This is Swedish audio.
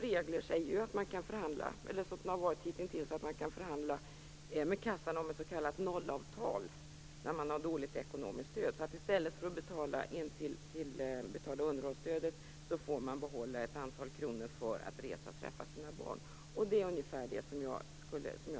Reglerna har hittills varit sådana att man har kunnat förhandla med kassan om ett s.k. nollavtal när man har haft det dåligt ekonomiskt. I stället för att betala underhållsstödet har man fått behålla ett antal kronor för att resa och träffa sina barn. Det är ungefär det som jag efterlyser.